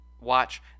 watch